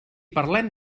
parlem